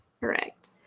correct